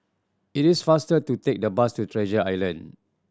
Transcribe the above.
it is faster to take the bus to Treasure Island